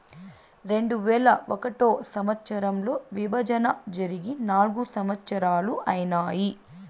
రెండువేల ఒకటో సంవచ్చరంలో విభజన జరిగి నాల్గు సంవత్సరాలు ఐనాయి